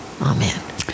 Amen